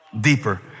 Deeper